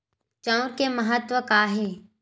चांउर के महत्व कहां हे?